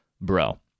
Bro